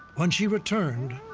when she returned,